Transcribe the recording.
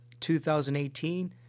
2018